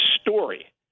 story